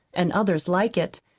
and others like it,